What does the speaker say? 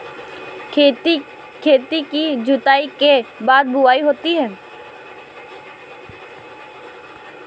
खेती की जुताई के बाद बख्राई होती हैं?